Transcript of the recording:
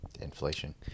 inflation